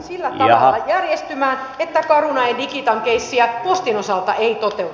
sillä tavalla järjestymään että carunan ja digitan keissi postin osalta ei toteutuisi